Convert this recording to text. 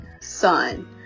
son